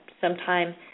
sometime